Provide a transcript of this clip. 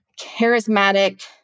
charismatic